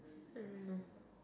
mm no